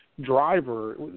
driver